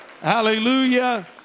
Hallelujah